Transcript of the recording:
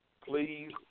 please